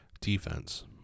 defense